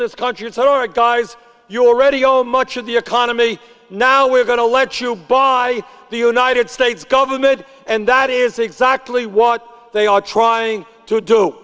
this country etc guys you already owe much of the economy now we're going to let you buy the united states government and that is exactly what they are trying to do